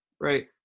right